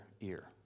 ear